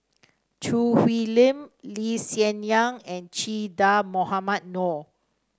Choo Hwee Lim Lee Hsien Yang and Che Dah Mohamed Noor